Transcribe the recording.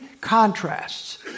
contrasts